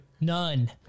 None